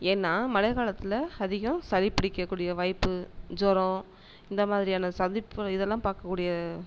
ஏன்னா மழை காலத்தில் அதிகம் சளி பிடிக்க கூடிய வாய்ப்பு ஜுரம் இந்த மாதிரியான சந்திப்பு இதெல்லாம் பார்க்கக் கூடிய